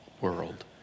world